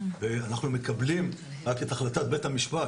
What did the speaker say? אנחנו מקבלים רק את החלטת בית המשפט,